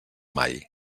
mai